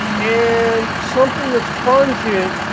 and something that's pungent,